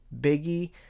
Biggie